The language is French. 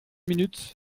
minutes